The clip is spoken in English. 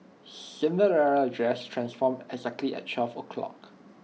Cinderella's dress transformed exactly at twelve o' clock